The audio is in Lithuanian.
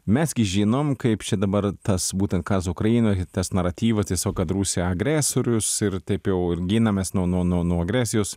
mes gi žinom kaip čia dabar tas būtent karas ukrainoj i tas naratyvas tiesiog kad rusija agresorius ir taip jau ir ginamės nuo nuo nuo agresijos